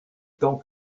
temps